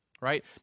right